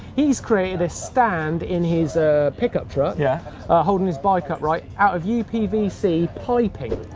he's created a stand in his pick-up truck yeah holding his bike up, right, our of yeah upvc piping.